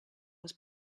was